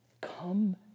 Come